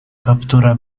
kaptura